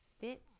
fits